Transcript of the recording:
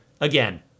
again